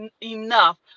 enough